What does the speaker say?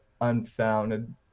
unfounded